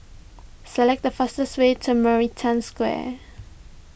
select the fastest way to Maritime Square